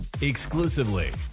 exclusively